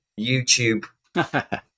youtube